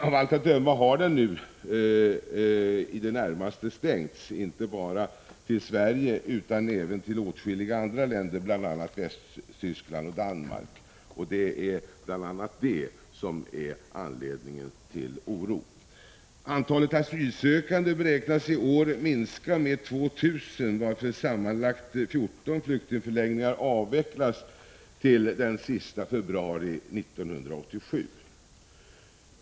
Av allt att döma har den vägen nu i det närmaste stängts, inte bara när det gäller Sverige utan även när det gäller åtskilliga andra länder, exempelvis Västtyskland och Danmark. Det är bl.a. det som ger anledning till oro. Antalet asylsökande beräknas i år minska med 2 000, varför sammanlagt 14 flyktingförläggningar skall avvecklas till den 28 februari 1987.